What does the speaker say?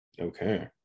Okay